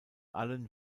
allen